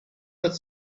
that